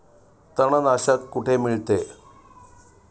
तणनाशक कुठे मिळते?